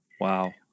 Wow